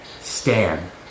Stan